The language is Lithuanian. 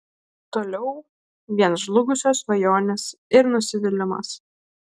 toliau vien žlugusios svajonės ir nusivylimas